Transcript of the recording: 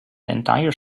entire